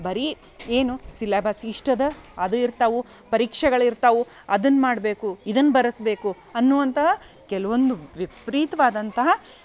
ಬರೀ ಏನು ಸಿಲಬಸ್ ಇಷ್ಟು ಅದ ಅದು ಇರ್ತವೆ ಪರೀಕ್ಷೆಗಳು ಇರ್ತವೆ ಅದನ್ನು ಮಾಡಬೇಕು ಇದನ್ನು ಬರೆಸ್ಬೇಕು ಅನ್ನುವಂತಹ ಕೆಲ್ವೊಂದು ವಿಪ್ರೀತವಾದಂತಹ